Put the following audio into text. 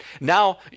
Now